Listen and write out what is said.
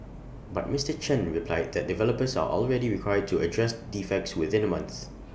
but Mister Chen replied that developers are already required to address defects within A month